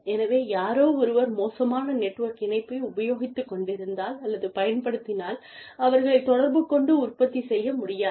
எனவே யாரோ ஒருவர் மோசமான நெட்வொர்க் இணைப்பை உபயோகித்துக் கொண்டிருந்தால் அல்லது பயன்படுத்தினால் அவர்களைத் தொடர்பு கொண்டு உற்பத்தி செய்ய முடியாது